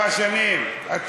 אז,